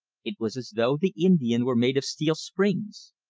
it was as though the indian were made of steel springs.